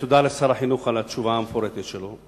תודה לשר החינוך על התשובה המפורטת שלו,